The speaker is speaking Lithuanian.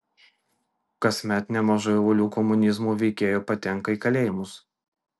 kasmet nemaža uolių komunizmo veikėjų patenka į kalėjimus